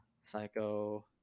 Psycho